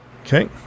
Okay